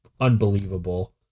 unbelievable